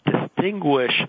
distinguish